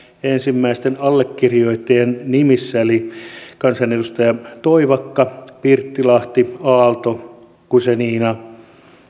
ensimmäisten allekirjoittajien nimissä eli kansanedustajat toivakka pirttilahti aalto guzenina